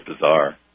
bizarre